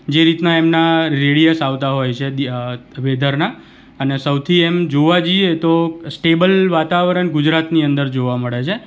જે રીતના એમના રેડિયસ આવતા હોય છે વેધરના અને સૌથી એમ જોવા જઈએ તો સ્ટેબલ વાતાવરણ ગુજરાતની અંદર જોવા મળે છે